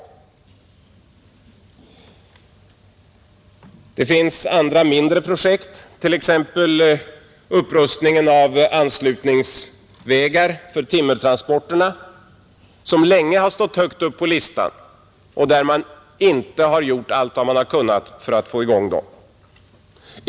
Det finns också andra, mindre projekt, t.ex. upprustning av anslutningsvägar för timmertransporterna, som länge har stått högt upp på listan utan att man har gjort allt vad man skulle ha kunnat för att få i gång dem.